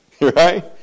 right